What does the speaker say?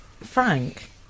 Frank